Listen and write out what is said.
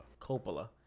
Coppola